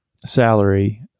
salary